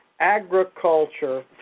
agriculture